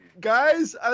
guys